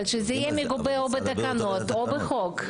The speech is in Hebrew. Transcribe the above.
ושזה יהיה מגובה בתקנות או בחוק.